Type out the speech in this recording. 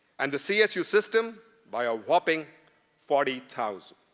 and the csu system by a whopping forty thousand.